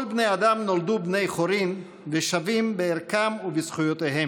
"כל בני האדם נולדו בני חורין ושווים בערכם ובזכויותיהם.